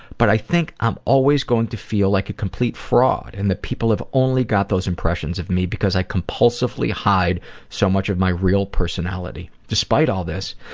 but i think i'm always going to feel like a complete fraud and that people only got those impressions of me because i compulsively hide so much of my real personality. despite all this,